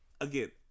again